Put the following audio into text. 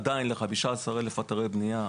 עדיין ל-15,000 אתרי בנייה,